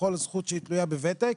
וכל זכות שהיא תלויה בוותק.